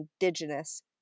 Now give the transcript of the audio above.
indigenous